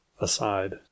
aside